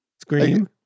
Scream